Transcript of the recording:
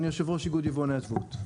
אני יושב-ראש איגוד יבואני התבואות.